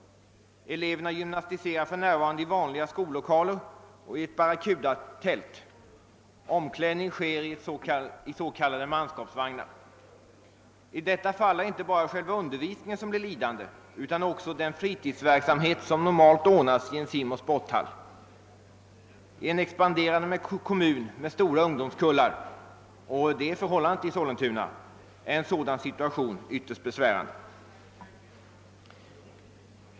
Eleverna gymnastiserar för närvarande i vanliga skollokaler och i barracudatält. Omklädning sker i s.k. manskapsvagnar. I detta fall blir inte bara själva undervisningen lidande utan också den fritidsverksamhet som normalt bedrivs i en simoch sporthall. I en expanderande kommun med stora ungdomskullar — och en sådan kommun är Sollentuna — är den situationen ytterst besvärande.